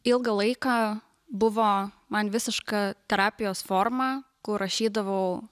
ilgą laiką buvo man visiška terapijos forma kur rašydavau